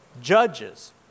Judges